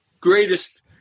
greatest